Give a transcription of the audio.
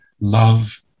love